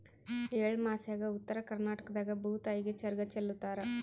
ಎಳ್ಳಮಾಸ್ಯಾಗ ಉತ್ತರ ಕರ್ನಾಟಕದಾಗ ಭೂತಾಯಿಗೆ ಚರಗ ಚೆಲ್ಲುತಾರ